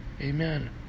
Amen